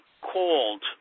called